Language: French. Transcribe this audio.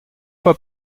fois